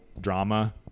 drama